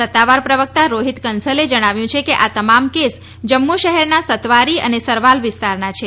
સત્તાવાર પ્રવક્તા રોહિત કન્સલે જણાવ્યું છે કે આ તમામ કેસ જમ્મુ શહેરના સત્તવારી અને સરવાલ વિસ્તારના છે